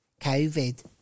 Covid